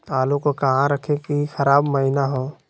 आलू को कहां रखे की खराब महिना हो?